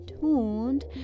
tuned